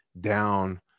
down